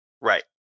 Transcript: Right